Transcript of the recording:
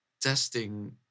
testing